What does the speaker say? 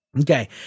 Okay